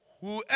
whoever